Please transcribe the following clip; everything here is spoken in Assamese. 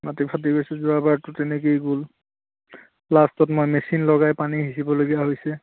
মাটি ফাটি গৈছে যোৱাবাৰতো তেনেকৈয়ে গ'ল লাষ্টত মই মেচিন লগাই পানী সিঁচিবলগীয়া হৈছে